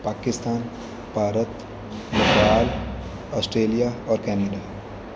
Pakistan Bharat Punjab Australia ਔਰ Canada